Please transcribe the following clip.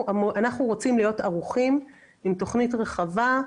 אנחנו רוצים להיות ערוכים עם תכנית רחבה,